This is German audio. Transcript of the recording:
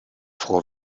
frau